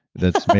that's.